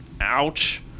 ouch